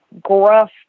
gruff